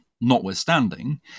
notwithstanding